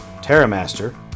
Terramaster